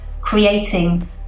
creating